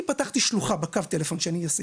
אני פתחתי שלוחה בקו טלפון שאני עשיתי,